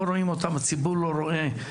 לא רואים אותם הציבור לא רואה,